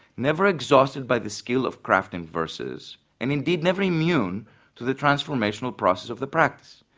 never exhausted by the skill of crafting verses, and indeed never immune to the transformational process of the practice.